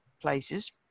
places